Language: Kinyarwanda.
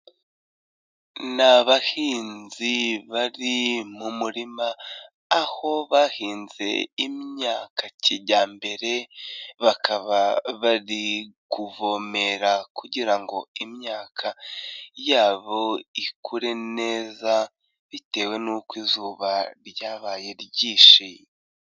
Ni abahinzi bari mu murima aho bahinze imyaka kijyambere, bakaba bari kuvomera kugira ngo imyaka yabo ikure neza, bitewe nuko izuba ryabaye ryinshi.